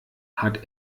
hat